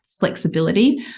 flexibility